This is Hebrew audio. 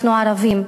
אנחנו ערבים,